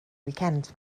wicend